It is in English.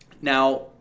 Now